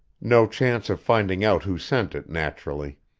no chance of finding out who sent it, naturally.